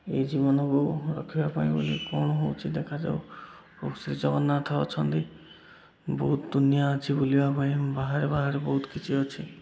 ଏ ଜୀବନକୁ ରଖିବା ପାଇଁ ବୋଲି କ'ଣ ହେଉଛି ଦେଖାଯାଉ ପ୍ରଭୁ ଶ୍ରୀ ଜଗନ୍ନାଥ ଅଛନ୍ତି ବହୁତ ଦୁନିଆଁ ଅଛି ବୁଲିବା ପାଇଁ ବାହାରେ ବାହାରେ ବହୁତ କିଛି ଅଛି